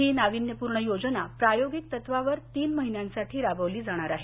ही नाविन्यपूर्ण योजना प्रायोगिक तत्वावर तीन महिन्यांसाठी राबवली जाणार आहे